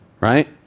right